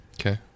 Okay